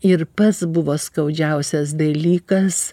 ir pats buvo skaudžiausias dalykas